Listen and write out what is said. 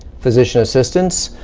physician assistants,